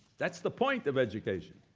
that's the point of education,